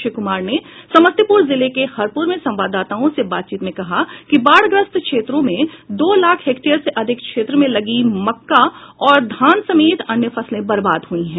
श्री कुमार ने समस्तीपुर जिले के हरपुर में संवाददाताओं से बातचीत में कहा कि बाढ़ग्रस्त क्षेत्रों में दो लाख हेक्टेयर से अधिक क्षेत्र में लगी मक्का और धान समेत अन्य फसलें बर्बाद हुई हैं